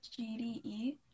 GDE